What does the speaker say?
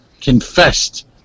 confessed